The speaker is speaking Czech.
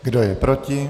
Kdo je proti?